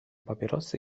papierosy